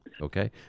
okay